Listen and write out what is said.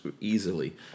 easily